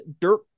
dirt